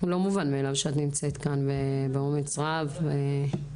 לא מובן מאליו שאת נמצאת כאן באומץ רב וחושפת